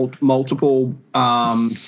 Multiple